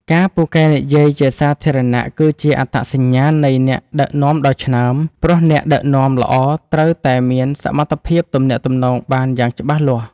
ការពូកែនិយាយជាសាធារណៈគឺជាអត្តសញ្ញាណនៃអ្នកដឹកនាំដ៏ឆ្នើម ព្រោះអ្នកដឹកនាំល្អត្រូវតែមានសមត្ថភាពទំនាក់ទំនងបានយ៉ាងច្បាស់លាស់។